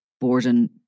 Borden